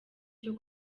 cyo